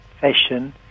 fashion